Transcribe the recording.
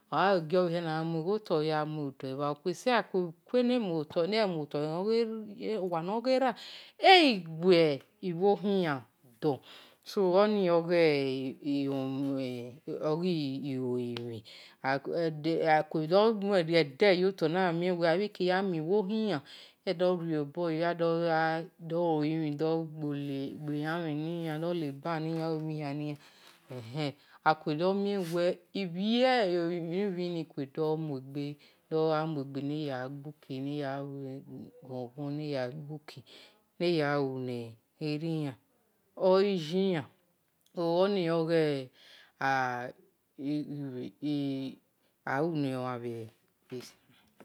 owa noghe-era egui ibho-khi na do, so owi oghi izo-limhin egha riede-goado-mi-ibho khina, ado-loli mhen ado-gbe-elamhen dole-ebaniyan do lue-emhin-hiani yan ehe akue domie we ibhie olimhin ni akue domuegbe dogha ghon-ghon do-gha gbuke ne ya lu ni eriyan oghi iyeyan, so oni oghe alue omhan bhe